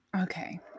Okay